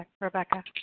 Rebecca